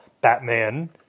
Batman